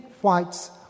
White's